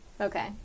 Okay